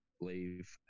leave